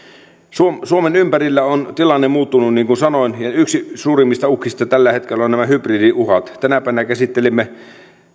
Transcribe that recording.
suomen suomen ympärillä on tilanne muuttunut niin kuin sanoin ja yksi suurimmista uhkista tällä hetkellä ovat nämä hybridiuhat tänä päivänä käsittelimme